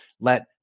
let